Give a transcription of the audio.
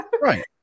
right